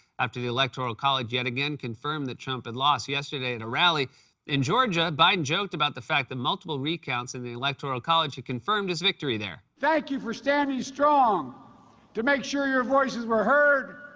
after the electoral college, yet again, confirmed that trump had lost. yesterday at a rally in georgia, biden joked about the fact that multiple recounts in the electoral college have confirmed his victory there. thank you for standing strong to make sure your voices were heard,